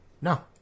No